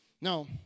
Now